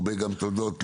גם הרבה מאוד תודות,